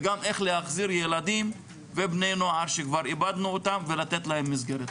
וגם להחזיר ילדים ובני נוער שכבר איבדנו אותם ולתת להם מסגרת.